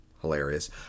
Hilarious